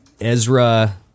Ezra